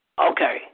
Okay